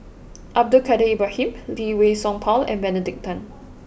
Abdul Kadir Ibrahim Lee Wei Song Paul and Benedict Tan